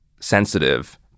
sensitive